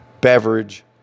beverage